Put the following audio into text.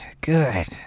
good